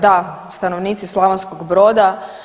Da stanovnici Slavonskog Broda.